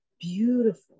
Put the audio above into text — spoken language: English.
beautiful